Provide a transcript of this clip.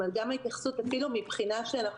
גם ההתייחסות אפילו מבחינת זה שאנחנו